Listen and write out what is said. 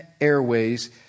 airways